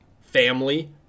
family